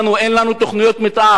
אין לנו תוכניות מיתאר,